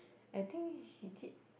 I think he did